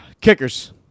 Kickers